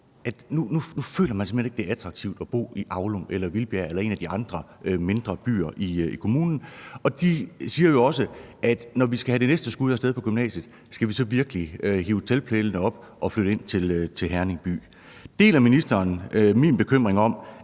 føler, det er attraktivt at bo i Aulum eller Vildbjerg eller en af de andre mindre byer i kommunen. Og de spørger jo også: Når vi skal have det næste skud af sted på gymnasiet, skal vi så virkelig hive teltpælene op og flytte ind til Herning by? Deler ministeren min bekymring om,